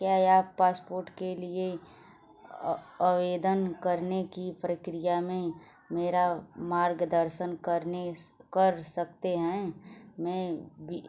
क्या आप पासपोर्ट के लिए अवेदन करने की प्रक्रिया में मेरा मार्गदर्शन करने कर सकते हैं मैं